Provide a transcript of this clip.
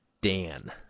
Dan